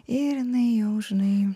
ir jinai jau žinai